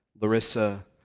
Larissa